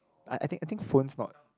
I I think I think phones not